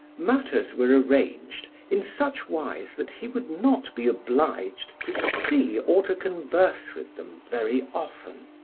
matters were arranged in such wise that he would not be obliged to see or to converse with them very often.